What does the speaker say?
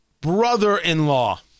brother-in-law